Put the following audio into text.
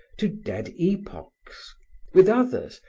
to dead epochs with others,